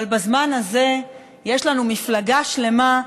אבל בזמן הזה יש לנו מפלגה שלמה,